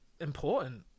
important